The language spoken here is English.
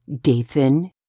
Dathan